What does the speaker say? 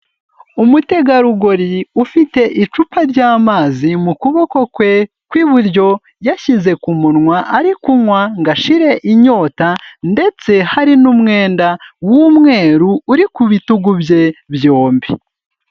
Umutegarugori ufite icupa ry'amazi mu kuboko kwe kw'iburyo, yashyize ku munwa ari kunywa ngo ashire inyota ndetse hari n'umwenda w'umweru uri ku bitugu bye byombi.